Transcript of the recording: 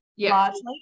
Largely